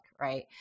right